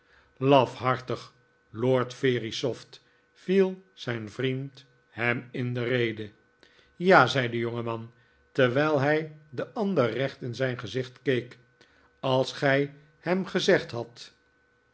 lafhartig lord verisopht viel zijn vriend hem in de rede ja zei de jongeman terwijl hij den ander recht in zijn gezicht keek als gij hem gezegd hadt